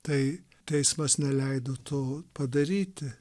tai teismas neleido to padaryti